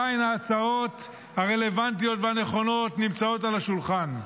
ההצעות הרלוונטיות והנכונות עדיין נמצאות על השולחן.